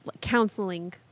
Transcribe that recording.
counseling